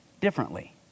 differently